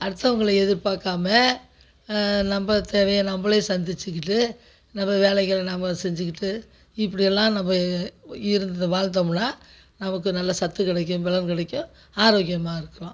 அடுத்தவங்கள எதிர் பார்க்காம நம்ம தேவையை நம்மளே சந்துச்சிகிட்டு நம்ம வேலைகளை நாம் செஞ்சுகிட்டு இப்படியெல்லாம் நம்ம இரு வாழ்ந்தோம்னா நமக்கு நல்ல சத்து கிடைக்கும் பலன் கிடைக்கும் ஆரோக்கியமாருக்கலா